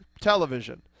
Television